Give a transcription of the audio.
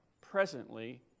presently